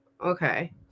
okay